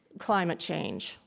climate change,